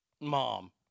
mom